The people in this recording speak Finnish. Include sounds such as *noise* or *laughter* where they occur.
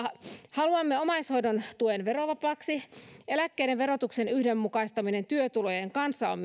haluamme omaishoidon tuen verovapaaksi myös eläkkeiden verotuksen yhdenmukaistaminen työtulojen kanssa on *unintelligible*